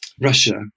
Russia